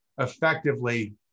effectively